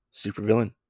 supervillain